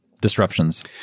disruptions